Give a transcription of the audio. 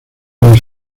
las